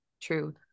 True